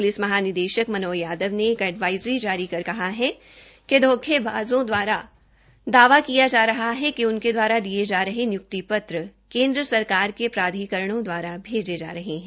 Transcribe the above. police महानिदेशक मनोज यादव ने एक एडवज़री जारी कर कहा है कि धोखेबाज़ों द्वारा दावा किया रहा है कि उनके दवारा दिये जा रहे निय्क्ति पत्र केन्द्र सरकार के प्राधिकरणों दवारा भेजे जा रहे है